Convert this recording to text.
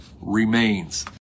remains